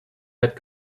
let